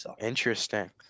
Interesting